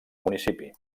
municipi